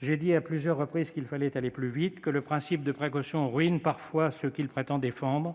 j'ai dit à plusieurs reprises qu'il fallait aller plus vite, que le principe de précaution ruine parfois ceux qu'il prétend défendre